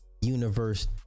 Universe